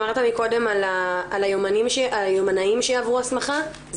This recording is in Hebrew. אמרת לי קודם על היומנאים שיעברו הסמכה.